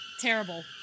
terrible